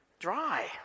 dry